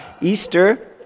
Easter